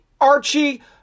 Archie